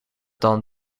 dan